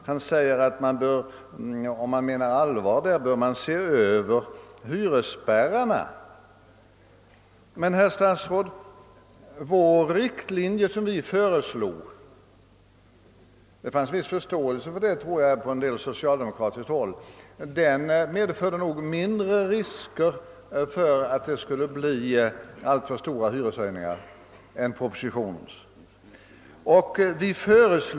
Han säger vidare, att om man menar allvar, bör man se över hyresspärrarna. Men, herr statsråd, den riktlinje som vi föreslog — det fanns viss förståelse för den också på socialdemokratiskt håll, tror jag — medför nog mindre risker för att det skulle uppstå alltför stora prishöjningar än vad propositionens gör.